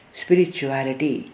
spirituality